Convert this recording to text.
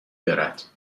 دارد